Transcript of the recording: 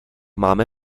máme